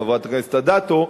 חברת הכנסת אדטו,